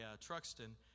Truxton